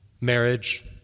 marriage